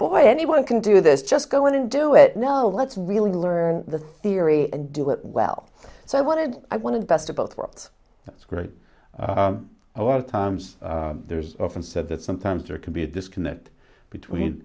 why anyone can do this just go in and do it now let's really learn the theory and do it well so i wanted i wanted best of both worlds that's great a lot of times there's often said that sometimes there can be a disconnect between